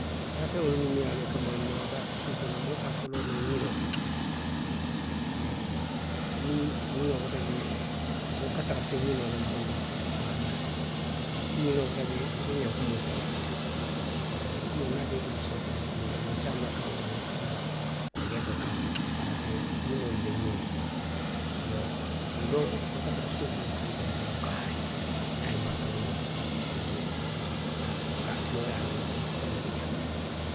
Daafeŋolu minnu ye a loŋ ko i ka maamaŋ baake suutoo la moo se a foloo noo ňinoo la. Iyoo niŋ ňinoo bota jee, wo ka tara feŋ ňiniŋo le la moolu le la maadulaalu to. Niŋ ňinoo bota jee i be ňankumoo ke la jee.ňankumoo niŋ a be i bulu suo kono tumadoo i se a maakaŋo moyi i la korikeetoo kaŋ, bari a ka ňinoolu le ňiniŋ. Iyoo, wuloo wo ka tara suo kono le kantoo la. bari a buka haaňi, niŋ a ye maakaŋo moyi, a se wuuri. Haa puru ko, moo ye a loŋ ko feŋ ne bi jaŋ